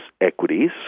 equities